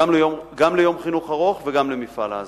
גם ליום חינוך ארוך וגם למפעל ההזנה.